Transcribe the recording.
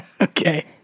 Okay